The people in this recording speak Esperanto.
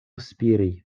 spiri